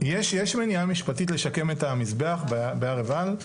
יש מניעה משפטית לשקם את המזבח בהר עיבל?